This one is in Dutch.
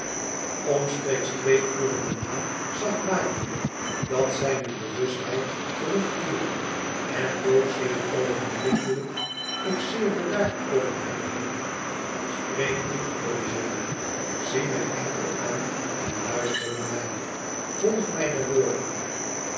omstreeks twee uren daarna zag lightwood zijne bewustheid terugkeerde en boog zich oogenblikkelijk doch zeef bedaard over hem heen spreek niet eugène zie mij enkel aan en luister naar mij volg mijne woorden